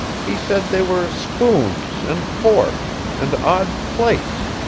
he said they were spoons and forks, and odd plates,